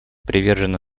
привержена